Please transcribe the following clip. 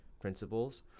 principles